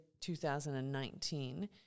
2019